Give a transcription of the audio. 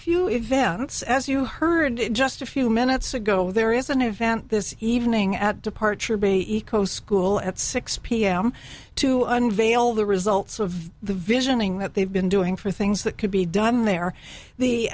events as you heard just a few minutes ago there is an event this evening at departure be eco school at six pm to unveil the results of the visioning that they've been doing for things that could be done there the